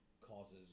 causes